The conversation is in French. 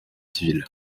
civile